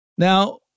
Now